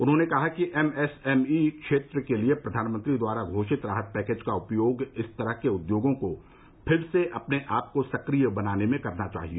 उन्होंने कहा कि एम एस एम ई क्षेत्र के लिए प्रधानमंत्री द्वारा घोषित राहत पैकेज का उपयोग इस तरह के उद्योगों को फिर से अपने आपको सक्रिय बनाने में करना चाहिए